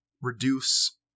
reduce